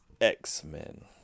X-Men